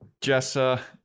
Jessa